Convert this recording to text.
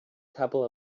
couple